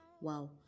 Wow